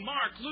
Mark